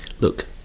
look